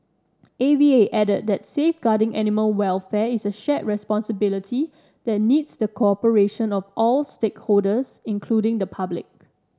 A V A added that safeguarding animal welfare is a shared responsibility that needs the cooperation of all stakeholders including the public